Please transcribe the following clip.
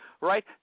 right